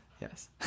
yes